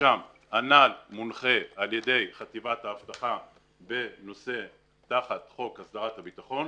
שהנ"ל מונחה על ידי חטיבת האבטחה תחת חוק הסדרת הביטחון,